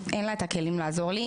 אין לה הכלים לעזור לי,